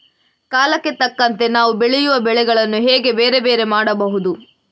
ಕಾಲಕ್ಕೆ ತಕ್ಕಂತೆ ನಾವು ಬೆಳೆಯುವ ಬೆಳೆಗಳನ್ನು ಹೇಗೆ ಬೇರೆ ಬೇರೆ ಮಾಡಬಹುದು?